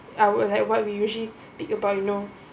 I will have what we usually speak about you know